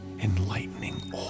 enlightening